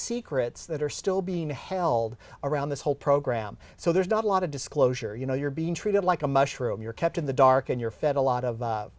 secrets that are still being held around this whole program so there's not a lot of disclosure you know you're being treated like a mushroom you're kept in the dark and you're fed a lot of